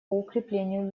укреплению